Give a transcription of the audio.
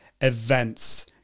events